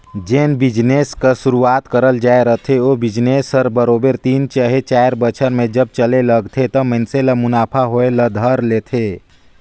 जेन बिजनेस कर सुरूवात करल जाए रहथे ओ बिजनेस हर बरोबेर तीन चहे चाएर बछर में जब चले लगथे त मइनसे ल मुनाफा होए ल धर लेथे